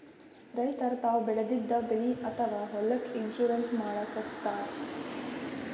ರೈತರ್ ತಾವ್ ಬೆಳೆದಿದ್ದ ಬೆಳಿ ಅಥವಾ ಹೊಲಕ್ಕ್ ಇನ್ಶೂರೆನ್ಸ್ ಮಾಡಸ್ತಾರ್